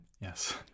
Yes